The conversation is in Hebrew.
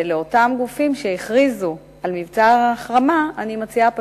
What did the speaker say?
ולאותם גופים שהכריזו על מבצע ההחרמה אני מציעה,